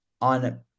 on